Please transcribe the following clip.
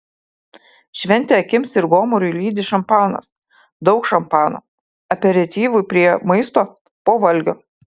šventę akims ir gomuriui lydi šampanas daug šampano aperityvui prie maisto po valgio